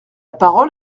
parole